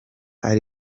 ari